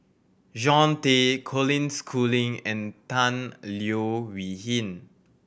John Tay Colin Schooling and Tan Leo Wee Hin